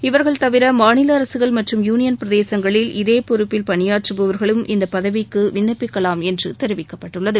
இவா்கள் தவிர மாநில அரசுகள் மற்றும் யூளியள் பிரதேசங்களில் இதே பொறுப்பில் பணிபாற்றபவா்களும் இந்த பதவிக்கு விண்ணப்பிக்கலாம் என்று தெரிவிக்கப்பட்டுள்ளது